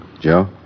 Joe